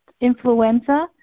influenza